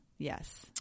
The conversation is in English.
Yes